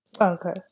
Okay